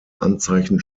anzeichen